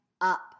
up